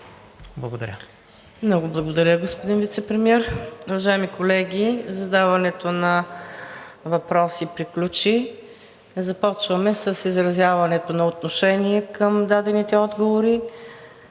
НАЛБАНТ: Много благодаря, господин Вицепремиер. Уважаеми колеги, задаването на въпроси приключи. Започваме с изразяването на отношение към дадените отговори.